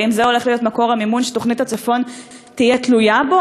האם זה הולך להיות מקור המימון שתוכנית הצפון תהיה תלויה בו?